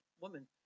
woman